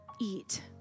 eat